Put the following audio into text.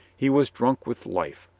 he was drunk with life.